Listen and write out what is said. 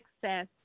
Success